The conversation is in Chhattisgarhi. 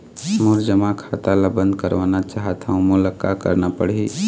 मोर जमा खाता ला बंद करवाना चाहत हव मोला का करना पड़ही?